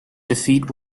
defeat